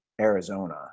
Arizona